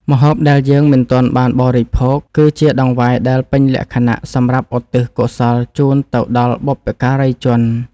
ម្ហូបដែលយើងមិនទាន់បានបរិភោគ គឺជាដង្វាយដែលពេញលក្ខណៈសម្រាប់ឧទ្ទិសកុសលជូនទៅដល់បុព្វការីជន។